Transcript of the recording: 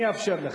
אני אאפשר לך.